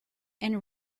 and